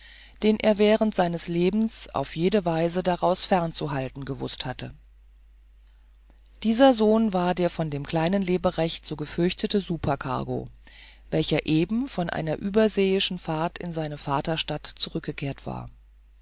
den er während seines lebens auf jede weise daraus fern zu halten gewußt hatte dieser sohn war der von dem kleinen leberecht so gefürchtete supercargo welcher eben von einer überseeischen fahrt in seine vaterstadt zurückgekehrt war